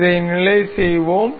இதை நிலை செய்வோம்